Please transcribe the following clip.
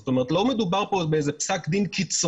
זאת אומרת לא מדובר פה באיזה פסק דין קיצוני,